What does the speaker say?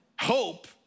Hope